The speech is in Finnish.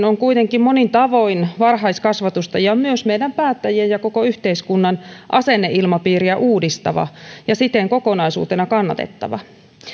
on kuitenkin monin tavoin varhaiskasvatusta ja myös meidän päättäjien ja koko yhteiskunnan asenneilmapiiriä uudistava ja siten kokonaisuutena kannatettava